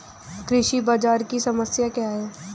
कृषि बाजार की समस्या क्या है?